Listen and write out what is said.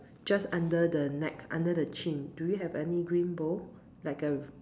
just under the neck under the Chin do you have any green bow like a